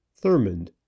Thurmond